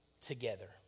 together